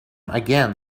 again